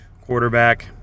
quarterback